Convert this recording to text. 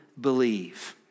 believe